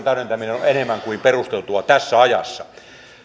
täydentäminen on on enemmän kuin perusteltua tässä ajassa